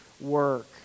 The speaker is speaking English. work